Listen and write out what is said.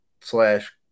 slash